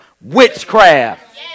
witchcraft